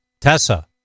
Tessa